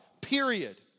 period